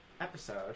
Episode